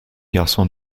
garçon